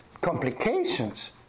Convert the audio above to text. complications